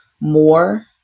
more